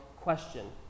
question